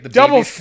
double